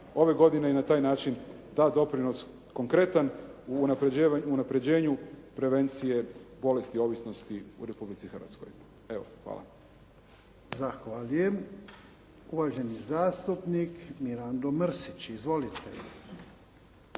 ove godine i na taj način da doprinos konkretan u unapređenju prevencije bolesti ovisnosti u Republici Hrvatskoj. Evo, hvala. **Jarnjak, Ivan (HDZ)** Zahvaljujem. Uvaženi zastupnik Mirando Mrsić. Izvolite.